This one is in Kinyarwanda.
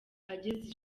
ageza